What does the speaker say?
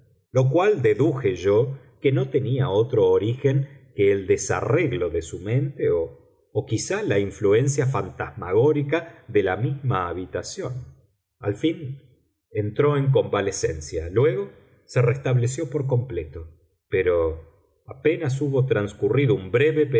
lo cual deduje yo que no tenía otro origen que el desarreglo de